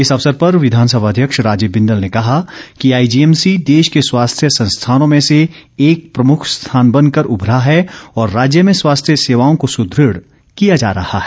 इस अवसर पर विधानसभा अध्यक्ष राजीव बिंदल ने कहा कि आईजीएमसी देश के स्वास्थ्य संस्थानों में से एक प्रमुख स्थान बनकर उभरा है और राज्य में स्वास्थ्य सेवाओं को सुदृढ़ किया जा रहा है